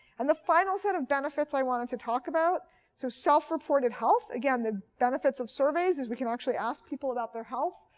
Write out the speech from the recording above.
and the final set of benefits i wanted to talk about is so self-reported health again, the benefits of surveys is we can actually ask people about their health.